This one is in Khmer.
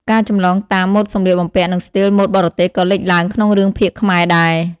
ការចម្លងតាម ម៉ូដសម្លៀកបំពាក់ និងស្ទីលម៉ូតបរទេសក៏លេចឡើងក្នុងរឿងភាគខ្មែរដែរ។